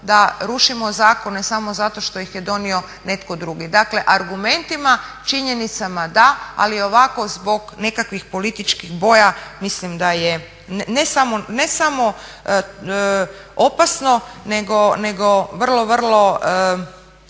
da rušimo zakone samo zato što ih je donio netko drugi. Dakle, argumentima, činjenicama da. Ali ovako zbog nekakvih političkih boja mislim da je ne samo opasno, nego vrlo, vrlo